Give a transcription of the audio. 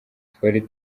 twari